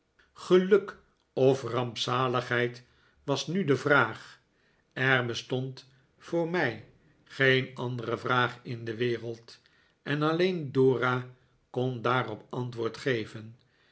geluk of rampzaligheid was nu de vraag er bestond voor mij geen andere vraag in de wereld en alleen dora kon daarop antwoord geven